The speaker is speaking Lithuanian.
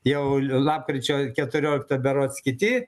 jau lapkričio keturioliktą berods kiti